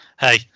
hey